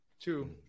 Two